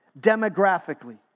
demographically